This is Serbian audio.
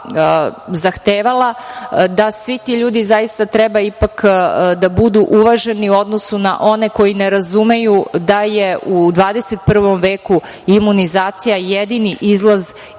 država zahtevala, da svi ti ljudi zaista treba ipak da budu uvaženi u odnosu na one koji ne razumeju da je u 21. veku imunizacija jedini izlaz iz ove